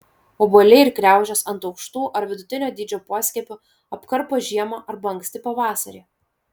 obuoliai ir kriaušės ant aukštų ar vidutinio dydžio poskiepių apkarpo žiemą arba anksti pavasarį